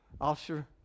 Officer